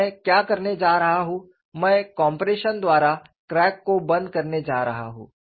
अब मैं क्या करने जा रहा हूँ मैं कॉम्प्रेशन द्वारा क्रैक को बंद करने जा रहा हूँ